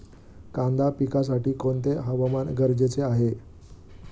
कांदा पिकासाठी कोणते हवामान गरजेचे आहे?